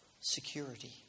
security